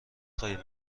خوای